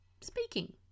speaking